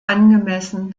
angemessen